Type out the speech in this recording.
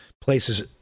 places